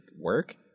work